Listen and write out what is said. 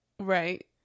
Right